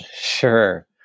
Sure